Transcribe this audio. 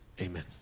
amen